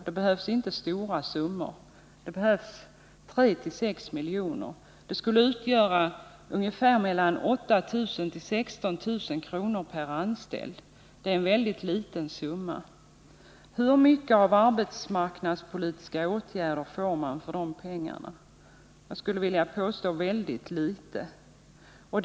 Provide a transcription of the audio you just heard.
Det behövs inte så stora summor — bara 3—6 milj.kr., vilket skulle utgöra mellan 8 000 och 16 000 kr. per anställd. Detta är en mycket liten summa. Hur mycket av arbetsmarknadspolitiska åtgärder får man för de pengarna? Jag skulle vilja påstå att det är väldigt litet.